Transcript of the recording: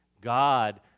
God